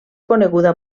coneguda